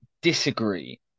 disagree